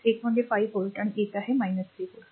एक म्हणजे 5 व्होल्ट आणि एक आहे 3 व्होल्ट